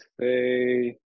say